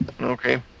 Okay